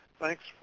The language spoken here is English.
thanks